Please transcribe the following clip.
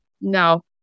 no